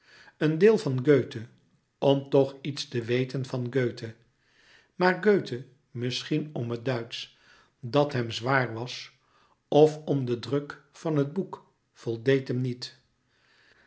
een deel van göthe om toch iets te weten van göthe maar göthe misschien om het duitsch dat hem zwaar was of om den druk van het boek voldeed hem niet